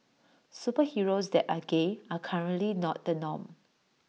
superheroes that are gay are currently not the norm